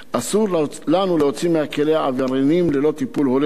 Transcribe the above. אסור לנו להוציא מהכלא עבריינים ללא טיפול הולם.